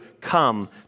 come